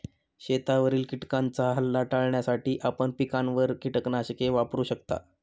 शेतावरील किटकांचा हल्ला टाळण्यासाठी आपण पिकांवर कीटकनाशके वापरू शकता